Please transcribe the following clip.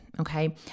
Okay